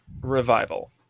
Revival